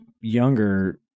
younger